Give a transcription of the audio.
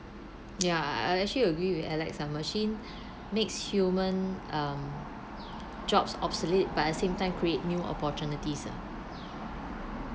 ya I actually agree with alex ah machine makes human um jobs obsolete but at same time create new opportunities ah